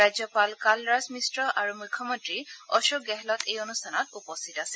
ৰাজ্যপাল কালৰাজ মিশ্ৰ আৰু মুখ্যমন্তী অশোক গেহলট এই অনুষ্ঠানত উপস্থিত আছিল